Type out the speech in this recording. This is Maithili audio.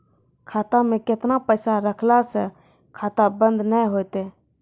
खाता मे केतना पैसा रखला से खाता बंद नैय होय तै?